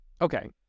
Okay